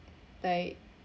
like